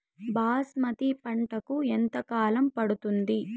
బాస్మతి పంటకు ఎంత కాలం పడుతుంది?